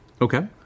Okay